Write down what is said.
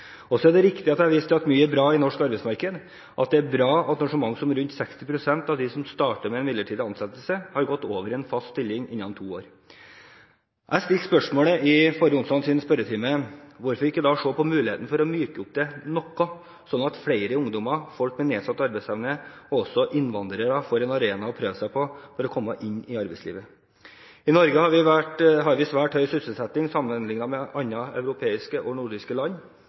er riktig at jeg viste til at mye er bra i det norske arbeidsmarkedet, at det er bra når så mange som rundt 60 pst. av dem som starter med en midlertidig ansettelse, har gått over i en fast stilling innen to år. I forrige onsdags spørretime stilte jeg spørsmålet: «Hvorfor ikke da se på muligheten for å myke det opp noe, slik at flere ungdommer, folk med nedsatt arbeidsevne og også innvandrere får en arena å prøve seg på for å komme inn i arbeidslivet?» I Norge har vi svært høy sysselsetting sammenlignet med andre europeiske og nordiske land.